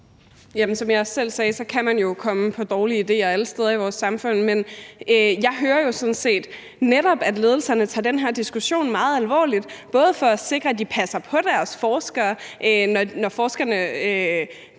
som jeg også selv sagde, kan man jo komme på dårlige idéer alle steder i vores samfund. Men jeg hører sådan set netop, at ledelserne tager den her diskussion meget alvorligt, både for at sikre, at de passer på deres forskere, når forskerne